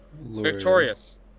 Victorious